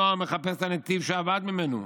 הנוער מחפש את הנתיב שאבד ממנו.